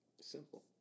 Simple